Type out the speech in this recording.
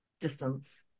distance